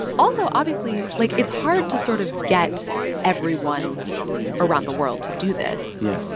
also, obviously, like, it's hard to sort of get everyone around the world to do this. yeah